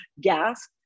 gas